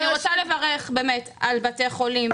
אני רוצה לברך על בתי חולים,